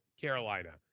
Carolina